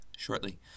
shortly